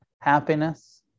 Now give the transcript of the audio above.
happiness